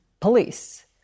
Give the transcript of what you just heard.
police